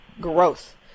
growth